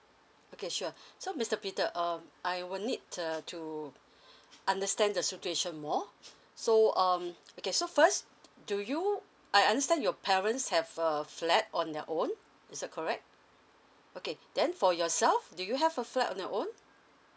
okay sure so mister peter um I will need err to understand the situation more so um okay so first do you I understand your parents have a flat on their own it's that correct okay then for yourself do you have a flat on your own